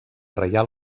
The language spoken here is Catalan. reial